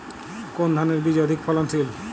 কোন ধানের বীজ অধিক ফলনশীল?